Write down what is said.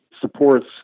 supports